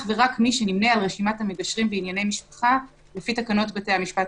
ורק מי שנמנה על רשימת המגשרים בענייני משפחה לפי תקנות בתי המשפט,